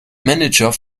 manager